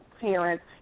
parents